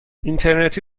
اینترنتی